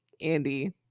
Andy